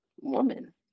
woman